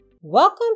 Welcome